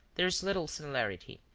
there is little similarity,